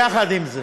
יחד עם זה,